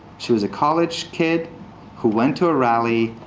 she was a college kid who went to a rally,